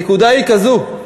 הנקודה היא כזו: